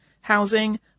housing